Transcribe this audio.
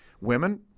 Women